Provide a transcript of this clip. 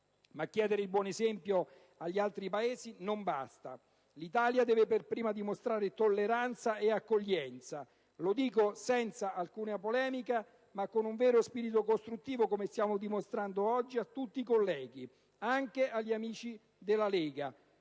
Ma chiedere il buon esempio agli altri Paesi non basta; l'Italia deve per prima dimostrare tolleranza e accoglienza, lo dico senza alcuna polemica, ma con un vero spirito costruttivo - come stiamo dimostrando di avere oggi - a tutti i colleghi, anche agli amici della Lega,